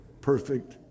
perfect